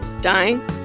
dying